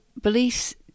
beliefs